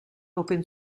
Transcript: open